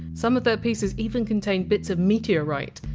some of their pieces even contain bits of meteorite!